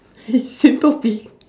same topic